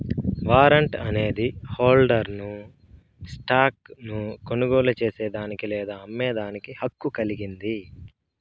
warrant అనేది హోల్డర్ను stock ను కొనుగోలు చేసేదానికి లేదా అమ్మేదానికి హక్కు కలిగింది